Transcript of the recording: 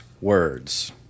words